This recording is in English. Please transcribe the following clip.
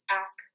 ask